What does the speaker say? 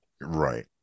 Right